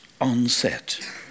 onset